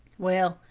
well,